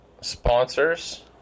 sponsors